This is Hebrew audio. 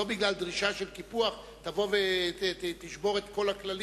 לא בגלל דרישה של קיפוח תבוא ותשבור את כל הכללים.